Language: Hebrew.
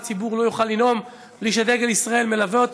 ציבור לא יוכל לנאום בלי שדגל ישראל מלווה אותו.